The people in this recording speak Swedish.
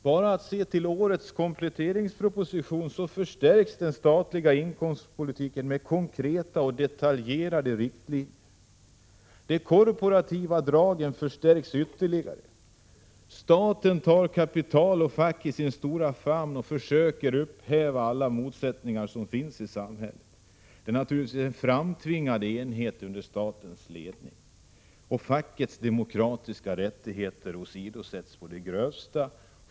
Man behöver bara se på årets kompletteringsproposition, där den statliga inkomstpolitiken förstärks med konkreta och detaljerade riktlinjer. De korporativa dragen förstärks ytterligare. Staten tar kapital och fack i sin stora famn och försöker upphäva alla motsättningar som finns i samhället. Det är naturligtvis en framtvingad enighet under statens ledning, och fackens demokratiska rättigheter åsidosätts å det grövsta.